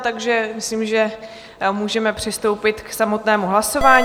Takže si myslím, že můžeme přistoupit k samotnému hlasování.